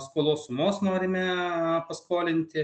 skolos sumos norime paskolinti